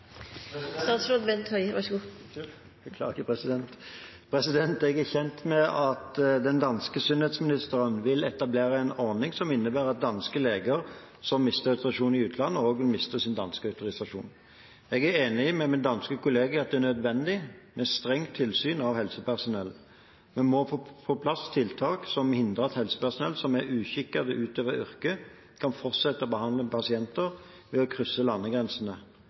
Jeg er kjent med at den danske sundhedsministeren vil etablere en ordning som innebærer at danske leger som mister autorisasjonen i utlandet, også vil miste sin danske autorisasjon. Jeg er enig med min danske kollega i at det er nødvendig med strengt tilsyn av helsepersonell. Vi må få på plass tiltak som hindrer at helsepersonell som er uskikket til å utøve yrket, kan fortsette å behandle pasienter ved å krysse landegrensene.